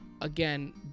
again